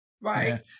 right